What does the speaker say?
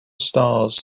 stars